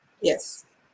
yes